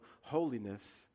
holiness